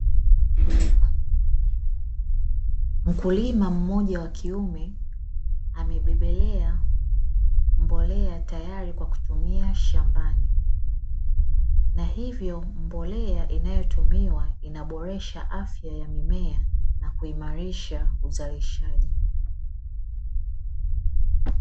Mkulima mmoja wakiume amebeba mbolea tayari kwa kutumia shambani. Hivyo mbolea inayotumiwa inaboresha afya ya mimea na kuimarisha uzalishaji.